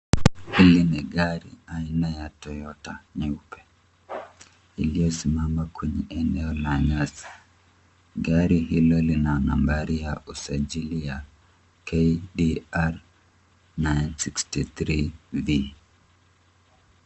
Hili ni gari aina ya Toyota iliyosimama kwenye eneo la nyasi. Gari hilo lina nambari ya usajili ya KDR 963B.